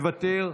מוותר,